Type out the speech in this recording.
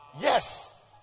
Yes